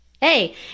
hey